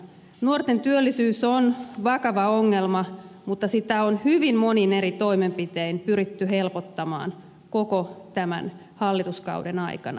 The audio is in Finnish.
nuorten työllisyys on vakava ongelma mutta sitä on hyvin monin eri toimenpitein pyritty helpottamaan koko tämän hallituskauden aikana